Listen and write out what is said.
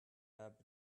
their